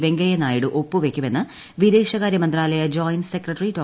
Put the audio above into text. വെങ്കയ്യ നായിഡു ഒപ്പുവയ്ക്കുമെന്ന് വിദേശകാരൃ മന്ത്രാലയ ജോയിന്റ് സെക്രട്ടറി ഡോ